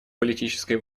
политической